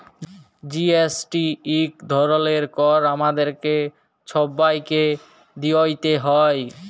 GST ইক ধরলের কর আমাদের ছবাইকে দিইতে হ্যয়